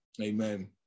Amen